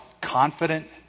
confident